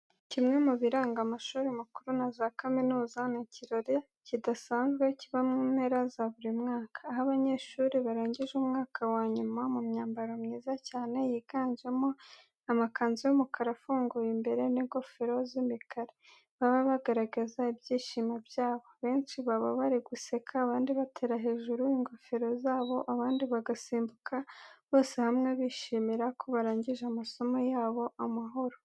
Kimwe mu biranga amashuri makuru na za kaminuza, ni ikirori kidasanzwe kiba mu mpera za buri mwaka. Aho abanyeshuri barangije umwaka wa nyuma, mu myambaro myiza cyane yiganjemo amakanzu y'imakara afunguye imbere ndetse n'ingofero z'imikara, baba bagaragaza ibyishimo byabo. Benshi baba bari guseka, abandi batera hejuru ingofero zabo, abandi bagasimbuka, bose hamwe bishimira ko barangije amasomo yabo amahoro.